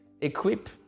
equip